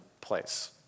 place